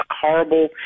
horrible